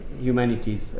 humanities